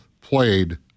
played